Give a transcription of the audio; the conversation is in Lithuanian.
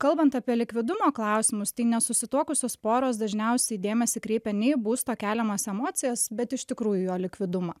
kalbant apie likvidumo klausimus tai nesusituokusios poros dažniausiai dėmesį kreipia ne į būsto keliamas emocijas bet iš tikrųjų į jo likvidumą